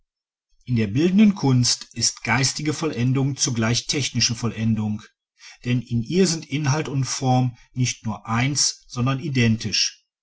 in der bildenden kunst ist geistige vollendung zugleich technische vollendung denn in ihr sind inhalt und form nicht nur eins sondern identisch